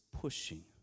pushing